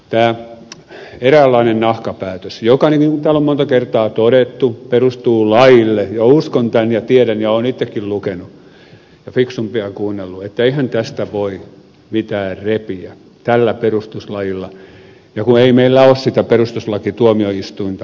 eli tämä eräänlainen nahkapäätös joka niin kuin täällä on monta kertaa todettu perustuu laille ja uskon tämän ja tiedän ja olen itsekin lukenut ja fiksumpia kuunnellut että eihän tästä voi mitään repiä tällä perustuslailla kun ei meillä ole sitä perustuslakituomioistuinta josta ed